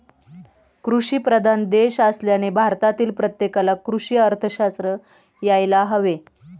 कृषीप्रधान देश असल्याने भारतातील प्रत्येकाला कृषी अर्थशास्त्र यायला हवे